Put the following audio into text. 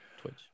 Twitch